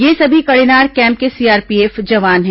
ये सभी कड़ेनार कैम्प के सीआरपीएफ जवान हैं